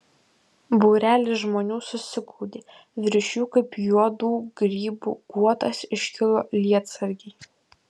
būrelis žmonių susiglaudė virš jų kaip juodų grybų guotas iškilo lietsargiai